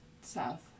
South